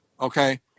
okay